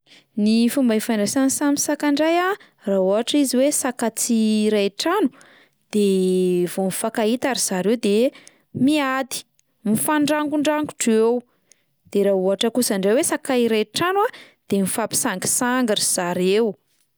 Ny fomba ifandraisan'ny samy saka indray a raha ohatra izy hoe saka tsy iray trano de vao mifankahita ry zareo de miady, mifandrangondrangotra eo, de raha ohatra kosa indray hoe saka iray trano a de mifampisangisangy ry zareo